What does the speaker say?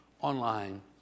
online